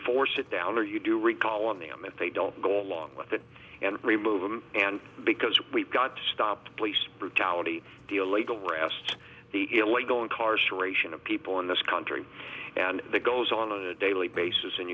force it down or you do recall on them if they don't go along with it and remove them and because we've got to stop police brutality delayed arrest the illegal incarceration of people in this country and the goes on a daily basis in